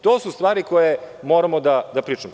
To su stvari koje moramo da pričamo.